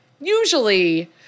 usually